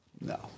No